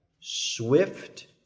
swift